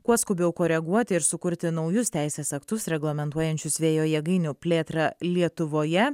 kuo skubiau koreguoti ir sukurti naujus teisės aktus reglamentuojančius vėjo jėgainių plėtrą lietuvoje